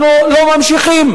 אנחנו לא ממשיכים.